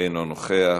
אינו נוכח,